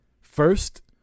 First